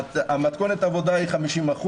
מתכונת העבודה היא 50%,